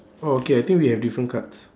oh okay I think we have different cards